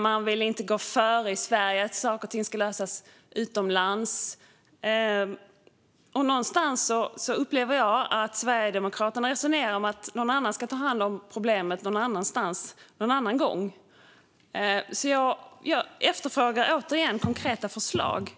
Man vill inte gå före i Sverige, utan saker ska lösas utomlands. Någonstans upplever jag att Sverigedemokraterna resonerar så att någon annan ska ta hand om problemet någon annanstans, någon annan gång. Jag efterfrågar återigen konkreta förslag.